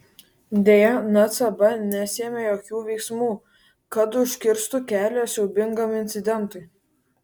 deja ncb nesiėmė jokių veiksmų kad užkirstų kelią siaubingam incidentui